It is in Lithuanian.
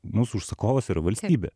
mūsų užsakovas yra valstybė